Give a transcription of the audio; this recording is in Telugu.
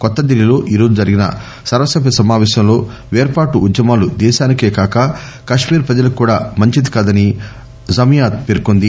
న్యూ ఢిల్లీలో ఈ రోజు జరిగిన సర్వ సభ్య సమావేశంలో వేర్పాటు వుద్యమాలు దేశానికే కాక కశ్మీర్ ప్రజలకు కూడా మంచిది కాదని జమాయత్ పేర్కొంది